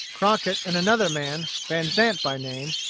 crockett and another man, vanzant by name,